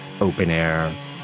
open-air